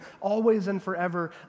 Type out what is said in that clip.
always-and-forever